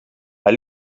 hij